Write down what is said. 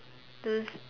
those